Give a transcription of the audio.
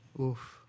oof